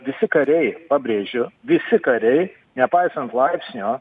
visi kariai pabrėžiu visi kariai nepaisant laipsnio